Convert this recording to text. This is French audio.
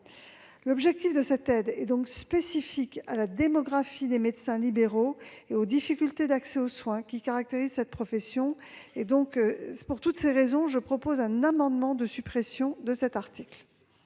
L'objectif de cette aide est donc spécifique à la démographie des médecins libéraux et aux difficultés d'accès aux soins qui caractérisent cette profession. Pour toutes ces raisons, je propose un amendement de suppression de l'article